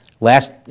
Last